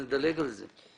לכן נדלג על זה.